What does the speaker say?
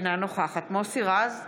אינה נוכחת מוסי רז,